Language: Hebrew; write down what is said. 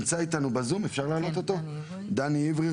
נמצא איתנו בזום דני עברי,